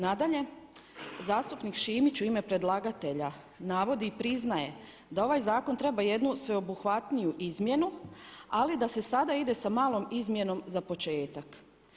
Nadalje, zastupnik Šimić u ime predlagatelja navodi i priznaje da ovaj zakon treba jednu sveobuhvatniju izmjenu ali da se sada ide sa malom izmjenom za početak.